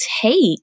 take